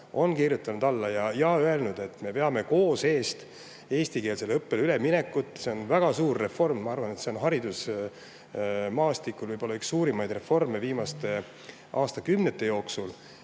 kirjutanud ja öelnud, et me veame koos eestikeelsele õppele üleminekut. See on väga suur reform. Ma arvan, et see on haridusmaastikul üks suurimaid reforme viimaste aastakümnete jooksul